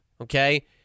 okay